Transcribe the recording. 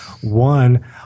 One